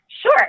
Sure